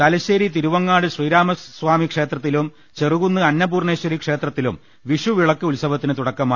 Thalassery Thiruvangad Sreeramaswamy ക്ഷേത്രത്തിലും ചെറുകുന്ന് അന്നപൂർണേശ്വരി ക്ഷേത്രത്തിലും വിഷു വിളക്ക് ഉത്സവത്തിന് തുടക്കമായി